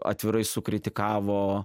atvirai sukritikavo